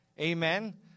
Amen